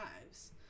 lives